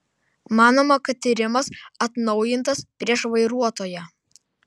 manoma kad tyrimas atnaujintas prieš vairuotoją